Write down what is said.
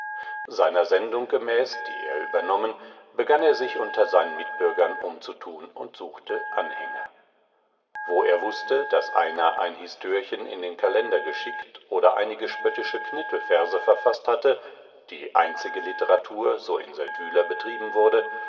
seiner sendung gemäß die er übernommen begann er sich mehr unter seinen mitbürgern umzutun und suchte anhänger wo er wußte daß einer ein histörchen in den kalender geschickt oder einige spöttische knittelverse verfaßt hatte die einzige literatur so in seldwyla betrieben wurde